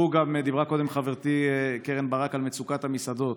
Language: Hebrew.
דיברה קודם חברתי קרן ברק על מצוקת המסעדות.